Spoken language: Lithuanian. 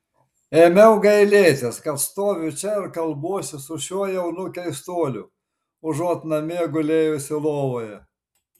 ėmiau gailėtis kad stoviu čia ir kalbuosi su šiuo jaunu keistuoliu užuot namie gulėjusi lovoje